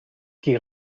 qui